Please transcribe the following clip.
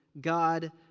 God